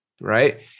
right